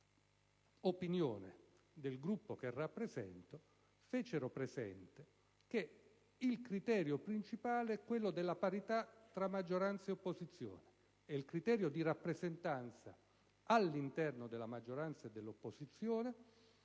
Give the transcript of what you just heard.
parità tra maggioranza e opposizione, mentre il criterio di rappresentanza all'interno della maggioranza e dell'opposizione,